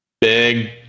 big